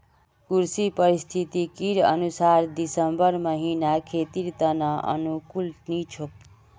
कृषि पारिस्थितिकीर अनुसार दिसंबर महीना खेतीर त न अनुकूल नी छोक